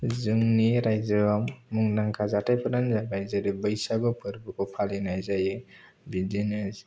जोंनि रायजोआव मुंदांखा जाथायफोरानो जादों जेरै बैसागु फोरबोखौ फालिनाय जायो बिदिनो